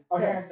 Okay